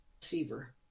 receiver